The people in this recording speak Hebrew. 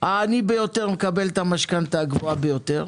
העני ביותר מקבל את המשכנתא הגבוהה ביותר,